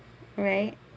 alright